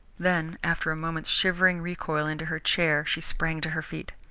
then, after a moment's shivering recoil into her chair, she sprang to her feet.